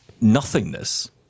nothingness